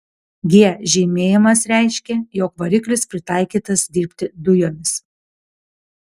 g žymėjimas reiškė jog variklis pritaikytas dirbti dujomis